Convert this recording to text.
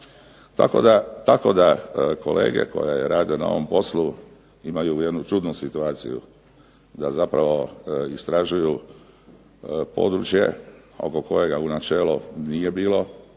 Tako da kolege koje rade na ovom poslu imaju jednu čudnu situaciju, da zapravo istražuju područje oko kojega u načelu nije bilo